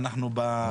כן.